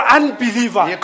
unbeliever